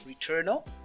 returnal